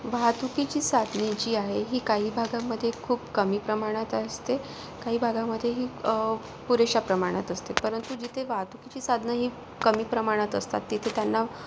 वाहतुकीची साधने जी आहे ही काही भागांमध्ये खूप कमी प्रमाणात असते काही भागांमध्ये ही पुरेशा प्रमाणात असते परंतु जिथे वाहतुकीची साधनं ही कमी प्रमाणात असतात तिथे त्यांना